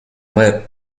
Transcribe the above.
lip